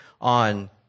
on